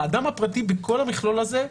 האדם הפרטי בכל המכלול הזה,